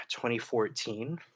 2014